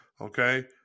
okay